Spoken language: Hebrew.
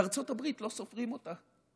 בארצות הברית לא סופרים אותה.